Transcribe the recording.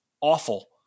awful